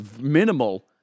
minimal